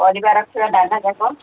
ପରିବା ରଖିବା ଡାଲା ଯାକ